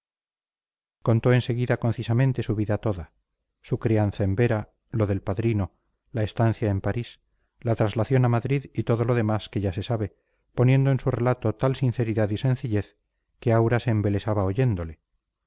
contó en seguida concisamente su vida toda su crianza en vera lo del padrino la estancia en parís la traslación a madrid y todo lo demás que ya se sabe poniendo en su relato tal sinceridad y sencillez que aura se embelesaba oyéndole